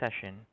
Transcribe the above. session